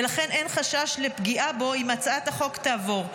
ולכן אין חשש לפגיעה בו אם הצעת החוק תעבור.